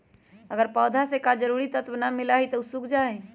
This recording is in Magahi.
अगर पौधा स के जरूरी तत्व न मिलई छई त उ सूख जाई छई